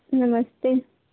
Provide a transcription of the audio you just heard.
नमस्ते